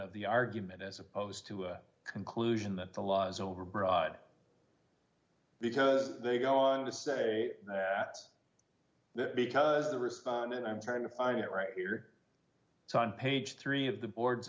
of the argument as opposed to a conclusion that the law's overbroad because they go on to say that because the respondent i'm trying to get right here on page three of the board